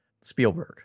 Spielberg